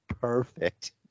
perfect